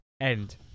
End